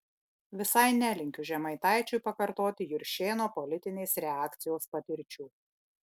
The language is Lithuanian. visai nelinkiu žemaitaičiui pakartoti juršėno politinės reakcijos patirčių